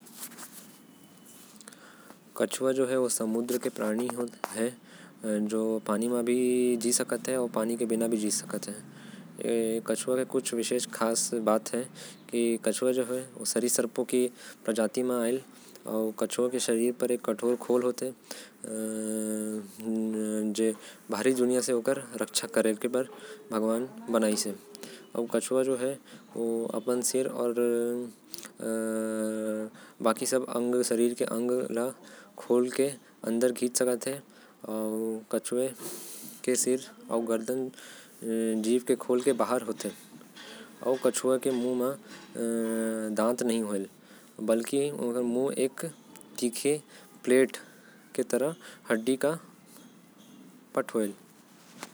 कछुआ समुन्द्र के ओ प्राणी है। जो पानी मे अउ पानी के बिना भी जी सकत हवे। कछुआ सरीसृपों के प्रजाति से आयेल। जेकर शरीर के ऊपर एक कठोर खोल होथे। जो ओके बाहर के खतरा मन से बांचते। जेकर अंदर ओ अपन सर अउ हाथ। पैर छुपा लेथे। कछुआ के मुंह म दांत नई होथे।